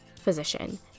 physician